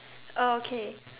oh okay